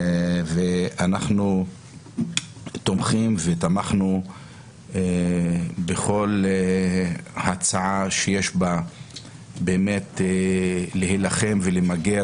ואנחנו תומכים ותמכנו בכל הצעה שיש בה באמת להילחם ולמגר